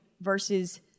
versus